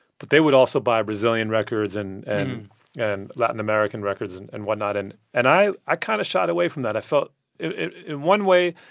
but they would also buy brazilian records and and and latin american records and and whatnot. and and i i kind of shied away from that. i felt in one way,